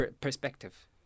perspective